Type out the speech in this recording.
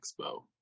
Expo